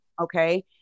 Okay